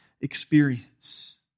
experience